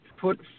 put